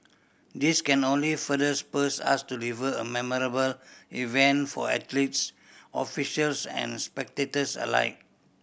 this can only further spurs us to deliver a memorable event for athletes officials and spectators alike